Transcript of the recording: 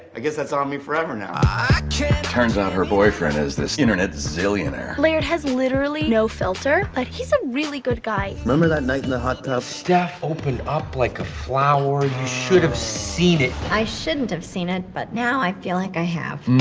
i guess that's on me forever now. it turns out her boyfriend is this internet zillionaire. laird has literally no filter but he's a really good guy. remember that night in the hot tub? steph opened up like a flower, you should have seen it. i shouldn't have seen it but now i feel like i have.